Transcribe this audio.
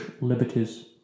liberties